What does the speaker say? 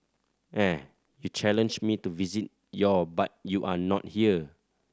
eh you challenged me to visit your but you are not here